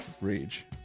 rage